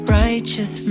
righteous